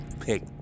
pick